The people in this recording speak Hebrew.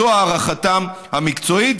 זו הערכתם המקצועית,